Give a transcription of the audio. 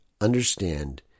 understand